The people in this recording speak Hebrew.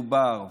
דובר,